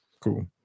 Cool